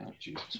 Jesus